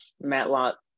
Matlock